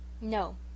No